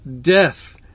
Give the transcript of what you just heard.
Death